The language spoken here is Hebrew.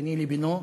ביני לבינו,